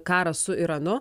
karas su iranu